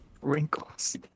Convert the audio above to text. Wrinkles